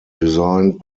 designed